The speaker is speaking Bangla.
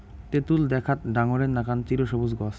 তেতুল দ্যাখ্যাত ডাঙরের নাকান চিরসবুজ গছ